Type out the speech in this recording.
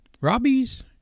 Robbie's